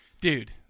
Dude